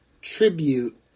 Tribute